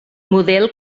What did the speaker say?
model